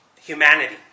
humanity